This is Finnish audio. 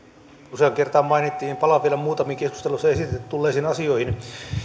useaan kertaan mainittiin palaan vielä muutamiin keskustelussa esille tulleisiin asioihin